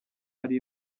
ari